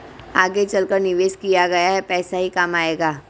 आगे चलकर निवेश किया गया पैसा ही काम आएगा